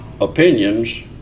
opinions